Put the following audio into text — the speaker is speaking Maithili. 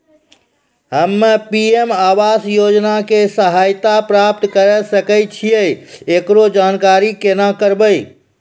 हम्मे पी.एम आवास योजना के सहायता प्राप्त करें सकय छियै, एकरो जानकारी केना करबै?